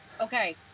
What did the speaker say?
Okay